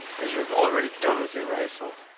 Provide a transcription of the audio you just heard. as you've already done with your rifle.